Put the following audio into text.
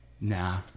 Nah